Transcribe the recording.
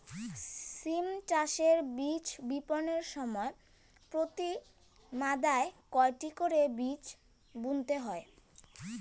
সিম চাষে বীজ বপনের সময় প্রতি মাদায় কয়টি করে বীজ বুনতে হয়?